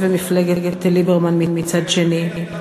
ומפלגת ליברמן מצד שני.